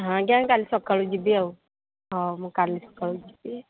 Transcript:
ହଁ ଆଜ୍ଞା କାଲି ସକାଳେ ଯିବି ଆଉ ହଉ ମୁଁ କାଲି ସକାଳୁ ଯିବି